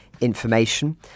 information